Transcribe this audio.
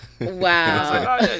Wow